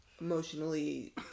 Emotionally